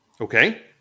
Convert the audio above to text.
okay